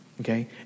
okay